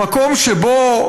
במקום שבו,